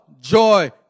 joy